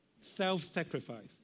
self-sacrifice